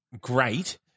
great